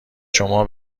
شما